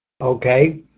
okay